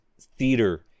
theater